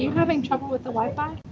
having trouble with the wifi? um